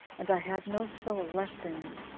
and i had no soul left in me.